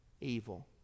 evil